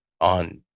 on